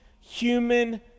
human